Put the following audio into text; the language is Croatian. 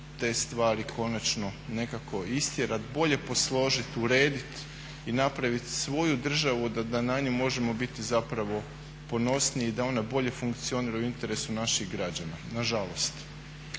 te stvari konačno nekako istjerat, bolje posložit, uredit i napraviti svoju državu da na nju možemo biti zapravo ponosniji, da ona bolje funkcionira u interesu naših građana. Nažalost.